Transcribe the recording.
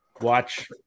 watch